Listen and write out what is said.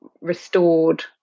restored